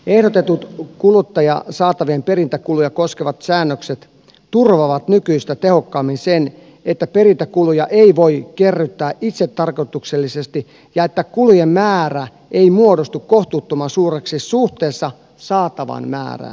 ehdotetut kuluttajasaatavien perintäkuluja koskevat säännökset turvaavat nykyistä tehokkaammin sen että perintäkuluja ei voi kerryttää itsetarkoituksellisesti ja että kulujen määrä ei muodostu kohtuuttoman suureksi suhteessa saatavan määrään